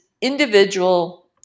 individual